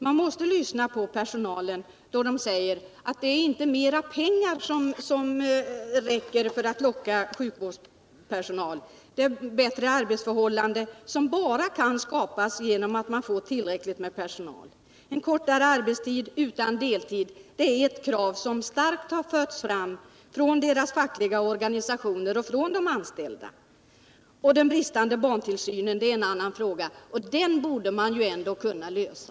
Man måste lyssna till personalen då den säger att det inte räcker med mer pengar för att locka sjukvårdspersonal. Det som krävs är bättre arbetsförhållanden, som kan skapas bara genom att man får tillräckligt med personal. En kortare arbetstid utan deltid är ett krav som starkt förts fram från de fackliga organisationerna och från de anställda själva. Den dåliga barntillsynen är en annan fråga som innebär problem, och den borde man kunna lösa.